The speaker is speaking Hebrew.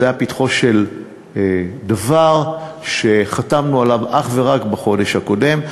זה היה פתחו של דבר שחתמנו עליו אך ורק בחודש הקודם.